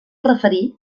referir